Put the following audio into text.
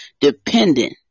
Dependent